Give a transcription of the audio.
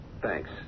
thanks